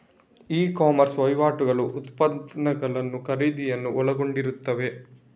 E commerce ವಹಿವಾಟುಗಳು ಉತ್ಪನ್ನಗಳ ಖರೀದಿಯನ್ನು ಒಳಗೊಂಡಿರುತ್ತವೆ